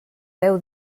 deu